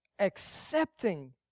Accepting